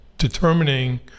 determining